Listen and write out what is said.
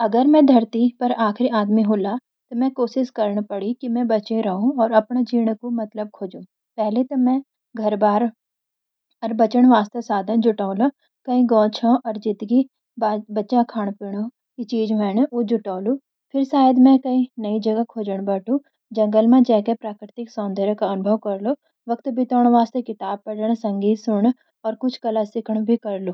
अगर मैं धरती पर आखिरी आदमी हुंला, त मै कोशिश करनु पड़ी की मैं बचे रहूं अर अपने जिण का मतलब खोजूं. पहले त मैं घऱ-बार अर बाँचणा वास्ते साधन जुटाऊंला. कहीं गौं-गौं छौं अर जितकि बच्या खाणु-पिणु का चींज ह्वेन, उ जुटोलु।